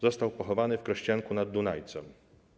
Został pochowany w Krościenku nad Dunajcem.